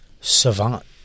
savant